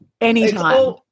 Anytime